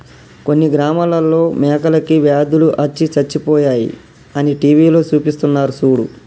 కొన్ని గ్రామాలలో మేకలకి వ్యాధులు అచ్చి సచ్చిపోయాయి అని టీవీలో సూపిస్తున్నారు సూడు